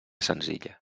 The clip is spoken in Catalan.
senzilla